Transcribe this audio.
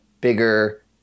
Bigger